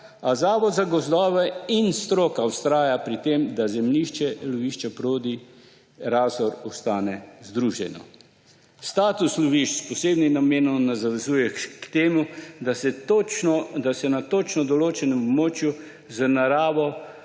A Zavod za gozdove in stroka vztrajata pri tem, da zemljišče lovišča Prodi-Razor ostane združeno. Status lovišč s posebnim namenom nas zavezuje k temu, da se na točno določenem območju z naravo